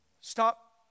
Stop